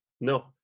no